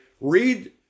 read